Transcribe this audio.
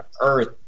earth